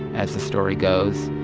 as the story goes,